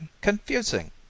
confusing